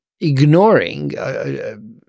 Ignoring